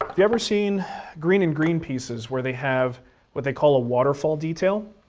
um you ever seen green and green pieces where they have what they call a waterfall detail?